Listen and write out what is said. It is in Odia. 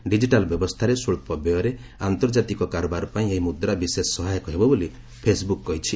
ଡିଜିଟାଲ୍ ବ୍ୟବସ୍ଥାରେ ସ୍ୱଚ୍ଚ ବ୍ୟୟରେ ଆନ୍ତର୍ଜାତିକ କାରବାର ପାଇଁ ଏହି ମୁଦ୍ରା ବିଶେଷ ସହାୟକ ହେବ ବୋଲି ଫେସ୍ବୁକ୍ କହିଛି